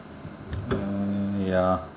um ya